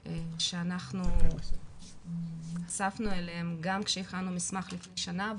שאנחנו נחשפנו אליהם גם כשהכנו מסמך לפני שנה,